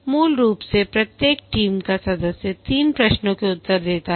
मूल रूप से प्रत्येक टीम का सदस्य 3 प्रश्नों का उत्तर देता है